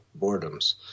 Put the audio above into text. boredoms